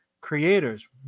creators